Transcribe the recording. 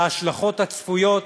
וההשלכות הצפויות